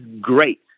great